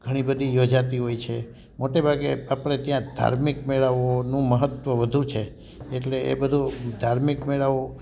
ઘણીબધી યોજાતી હોય છે મોટેભાગે આપણે ત્યાં ધાર્મિક મેળાઓનું મહત્વ વધુ છે એટલે એ બધું ધાર્મિક મેળાઓ